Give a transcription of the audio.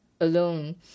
alone